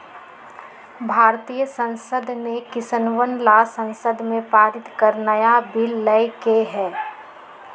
भारतीय संसद ने किसनवन ला संसद में पारित कर नया बिल लय के है